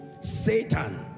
Satan